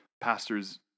pastors